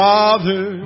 Father